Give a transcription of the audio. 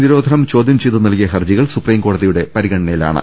നിരോധനം ചോദ്യംചെയ്ത് നൽകിയ ഹർജികൾ സുപ്രീംകോടതി യുടെ പരിഗണനയിലാണ്